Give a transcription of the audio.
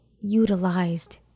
utilized